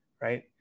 right